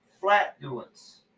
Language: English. flatulence